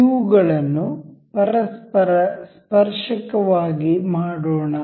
ಇವುಗಳನ್ನು ಪರಸ್ಪರ ಸ್ಪರ್ಶಕವಾಗಿ ಮಾಡೋಣ